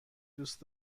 دوست